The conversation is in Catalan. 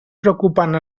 preocupant